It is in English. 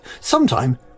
sometime